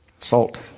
salt